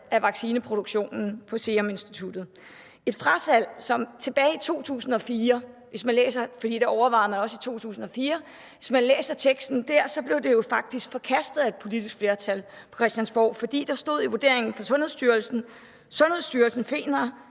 af vaccineproduktionen på Seruminstituttet. Det var et frasalg, som tilbage i 2004 – for da overvejede man det også – blev forkastet af et politisk flertal på Christiansborg, fordi der stod i vurderingen fra Sundhedsstyrelsen: Sundhedsstyrelsen finder,